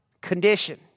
condition